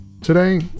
today